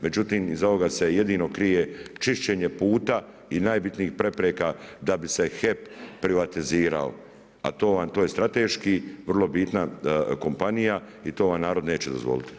Međutim, iz ovoga se jedino krije čišćenje puta i najbitnijih prepreka da bi se HEP privatizirao, a to je strateški vrlo bitna kompanija i to ovaj narod neće dozvoliti.